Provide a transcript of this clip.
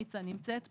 ניצה נמצאת פה,